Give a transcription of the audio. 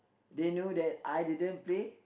they know that I didn't play